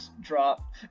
drop